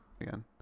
Again